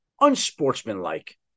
unsportsmanlike